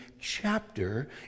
chapter